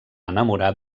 enamorar